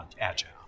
agile